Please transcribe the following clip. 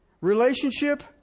relationship